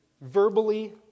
verbally